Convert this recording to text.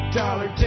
dollar